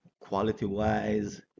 quality-wise